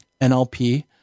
NLP